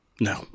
No